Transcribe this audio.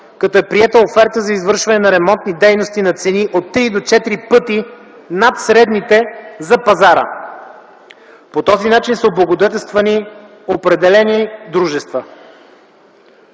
като е приета оферта за извършване на ремонтни дейности на цени от три до четири пъти над средните за пазара. По този начин са облагодетелствани определени дружества.